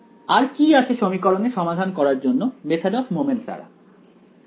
আর কি আছে সমীকরণে সমাধান করার জন্য মেথদ অফ মমেন্টস দ্বারা কি হবে